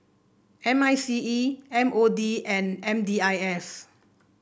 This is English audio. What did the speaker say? M I C E M O D and M D I S